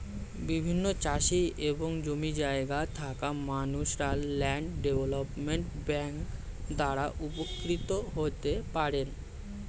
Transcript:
বিভিন্ন চাষি এবং জমি জায়গা থাকা মানুষরা ল্যান্ড ডেভেলপমেন্ট ব্যাংক দ্বারা উপকৃত হতে পারেন